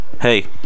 Hey